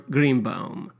Greenbaum